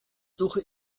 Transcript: suche